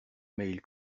mail